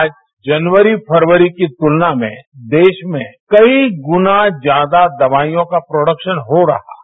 आज जनवरी फरवरी की तुलना में देश में कई गुना ज्यादा का प्रोडक्शन हो रहा है